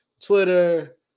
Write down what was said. Twitter